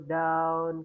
down